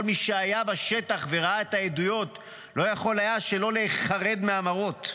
כל מי שהיה בשטח וראה את העדויות לא יכול היה שלא להיחרד מהמראות.